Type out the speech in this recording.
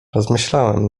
rozmyślałem